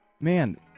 man